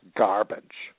garbage